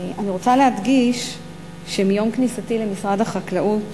אני רוצה להדגיש שמיום כניסתי למשרד החקלאות